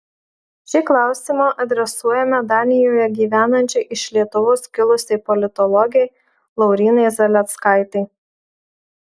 šį klausimą adresuojame danijoje gyvenančiai iš lietuvos kilusiai politologei laurynai zaleckaitei